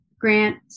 grant